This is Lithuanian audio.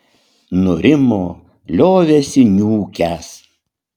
nurimo liovėsi niūkęs